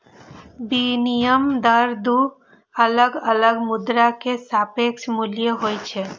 विनिमय दर दू अलग अलग मुद्रा के सापेक्ष मूल्य होइ छै